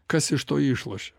kas iš to išlošia